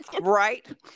Right